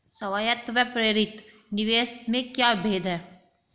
स्वायत्त व प्रेरित निवेश में क्या भेद है?